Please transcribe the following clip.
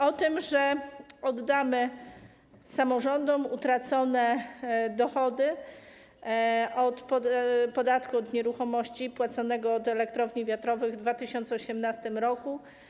O tym, że oddamy samorządom utracone dochody wynikające z podatku od nieruchomości płaconego od elektrowni wiatrowych w 2018 r.